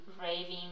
raving